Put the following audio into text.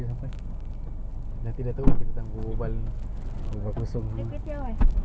yang dapat berapa belas suara satu jam ah dengan dia ni senang ah